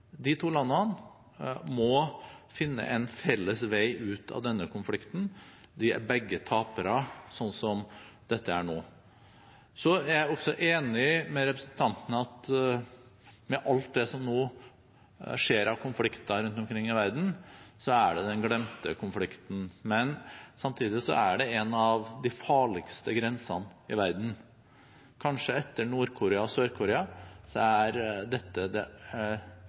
De to landene må finne en felles vei ut av denne konflikten – de er begge tapere sånn som dette er nå. Jeg er også enig med representanten i at med alt det som nå skjer av konflikter rundt omkring i verden, er dette den glemte konflikten. Samtidig er det en av de farligste grensene i verden. Kanskje etter Nord-Korea og Sør-Korea er dette det